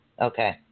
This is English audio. Okay